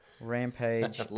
Rampage